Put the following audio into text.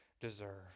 deserve